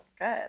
Good